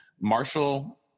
Marshall